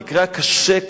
המקרה הקשה,